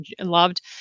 loved